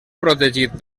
protegit